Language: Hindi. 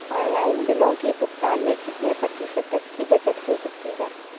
ऑनलाइन बिलों के भुगतान में कितने प्रतिशत तक की बचत हो सकती है?